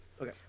okay